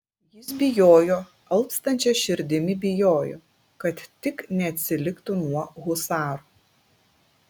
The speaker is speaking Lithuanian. jis bijojo alpstančia širdimi bijojo kad tik neatsiliktų nuo husarų